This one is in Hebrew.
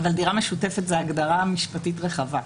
אבל "דירה משותפת" זו הגדרה משפטית רחבה.